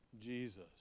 Jesus